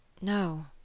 No